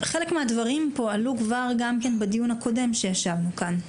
חלק מן הדברים שנאמרו פה עלו גם בדיון הקודם שערכנו כאן.